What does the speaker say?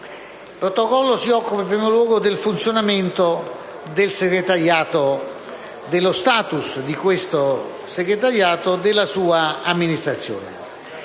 Il Protocollo si occupa in primo luogo del funzionamento del Segretariato, dello *status* di questo Segretariato e della sua amministrazione.